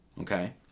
Okay